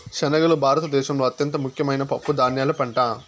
శనగలు భారత దేశంలో అత్యంత ముఖ్యమైన పప్పు ధాన్యాల పంట